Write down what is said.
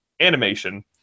animation